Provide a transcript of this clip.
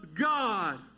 God